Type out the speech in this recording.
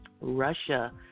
Russia